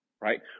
Right